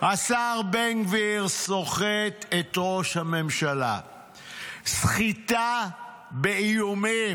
השר בן גביר סוחט את ראש הממשלה סחיטה באיומים.